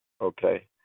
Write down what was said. Okay